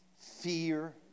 fear